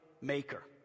maker